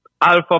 Alpha